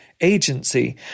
agency